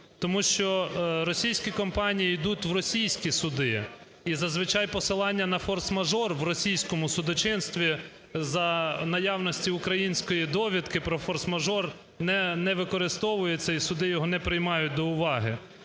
Тому що російські компанії ідуть в російські суди і зазвичай посилання на форс-мажор в російському судочинстві за наявності української довідки про форс-мажор не використовується, і суди його не приймають до уваги.